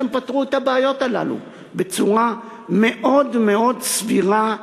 הם פתרו את הבעיות הללו: בצורה מאוד מאוד סבירה,